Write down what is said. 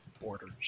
borders